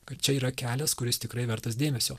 kad čia yra kelias kuris tikrai vertas dėmesio